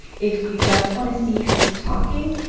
if you just want to see who's talking,